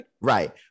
Right